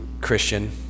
Christian